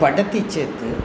पठति चेत्